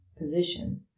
position